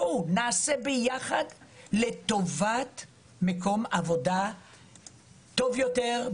בואו נעשה יחד לטובת מקום עבודה טוב יותר,